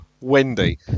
Wendy